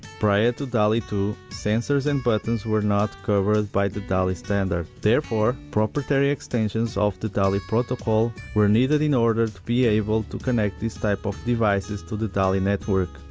prior to dali two, sensors and buttons were not covered by the dali standard. therefore, proprietary extensions of the dali protocol were needed in order to be able to connect this type of devices to the dali network.